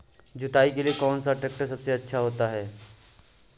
जुताई के लिए कौन सा ट्रैक्टर सबसे अच्छा होता है?